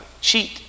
cheat